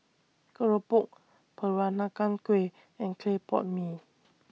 Keropok Peranakan Kueh and Clay Pot Mee